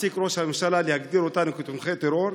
יפסיק ראש הממשלה להגדיר אותנו כתומכי טרור?